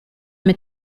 mit